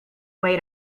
mej